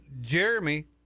jeremy